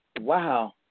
Wow